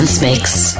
makes